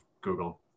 Google